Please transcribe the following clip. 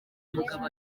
umugabo